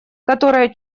которая